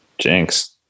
Jinx